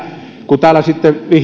kun täällä sitten